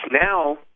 now